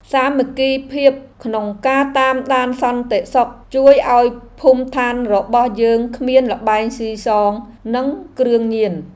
សាមគ្គីភាពក្នុងការតាមដានសន្តិសុខជួយឱ្យភូមិឋានរបស់យើងគ្មានល្បែងស៊ីសងនិងគ្រឿងញៀន។